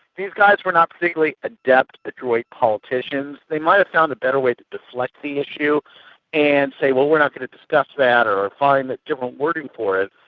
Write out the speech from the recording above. these guys were not particularly adept, adroit politicians. they might have found a better way to deflect the issue and say, well we're not going to discuss that, or find different wording for it.